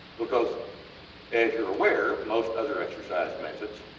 because as youre aware most other exercise methods